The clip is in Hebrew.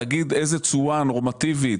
תגיד איזה תשואה נורמטיבית,